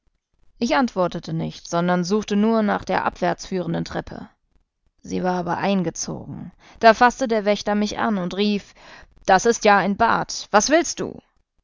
ich antwortete nicht sondern suchte nur nach der abwärts führenden treppe sie war aber eingezogen da faßte der wächter mich an und rief das ist ja ein bat was willst du